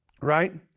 right